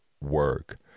work